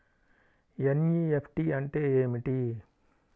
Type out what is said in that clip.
NEFT అంటే ఏమిటి?